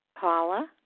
Paula